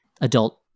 adult